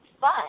fun